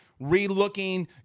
relooking